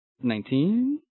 Nineteen